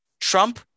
Trump